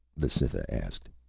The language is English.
the cytha asked.